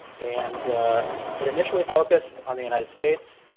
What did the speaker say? and it initially focused on the united states.